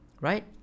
right